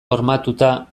hormatuta